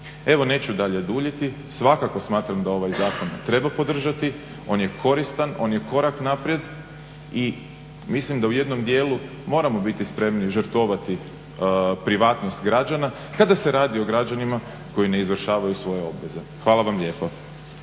Evo, neću dalje duljiti. Svakako smatram da ovaj zakon treba podržati. On je koristan, on je korak naprijed i mislim da u jednom dijelu moramo biti spremni žrtvovati privatnost građana kada se radi o građanima koji ne izvršavaju svoje obveze. Hvala vam lijepo.